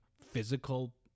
physical